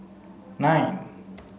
nine